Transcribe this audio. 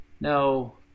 No